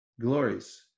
glories